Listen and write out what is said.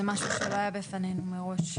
זה משהו שלא היה בפנינו מראש.